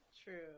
True